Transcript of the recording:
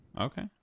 Okay